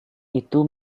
itu